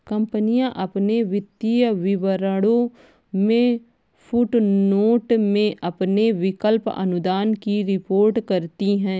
कंपनियां अपने वित्तीय विवरणों में फुटनोट में अपने विकल्प अनुदान की रिपोर्ट करती हैं